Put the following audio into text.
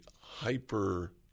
hyper